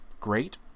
great